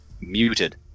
Muted